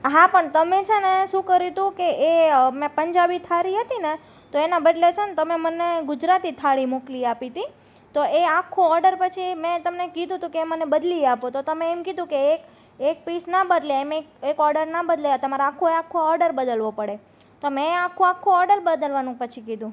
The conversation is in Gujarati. હા પણ તમે છેને શું કર્યું તુંકે એ મેં પંજાબી થાળી હતીને તો એના બદલે છેને તમે મને ગુજરાતી થાળી મોકલી આપી હતી તો એ આખો ઓર્ડર પછી મેં તમને કીધું તો કે એ મને બદલી આપો તો તમે એમ કીધું કે એક એક પીસ ન બદલે એમ એ એક ઓર્ડર ન બદલે તમારે આખોને આખો ઓર્ડર બદલવો પડે તો મેં આખો આખો ઓર્ડર બદલવાનું પછી કીધું